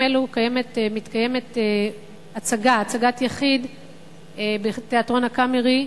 אלו מתקיימת הצגת יחיד בתיאטרון "הקאמרי",